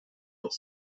doch